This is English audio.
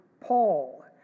Paul